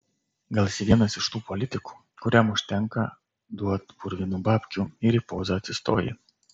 gal esi vienas iš tų politikų kuriam užtenka duot purvinų babkių ir į pozą atsistoji